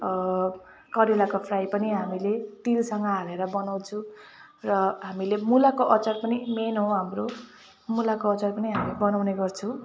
करेलाको फ्राई पनि हामीले तिलसँग हालेर बनाउँछौँ र हामीले मुलाको अचार पनि मेन हो हाम्रो मुलाको अचार पनि हामी बनाउने गर्छौँ